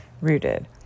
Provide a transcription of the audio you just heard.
rooted